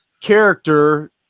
character